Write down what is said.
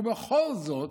ובכל זאת,